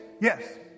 Yes